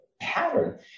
pattern